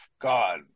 God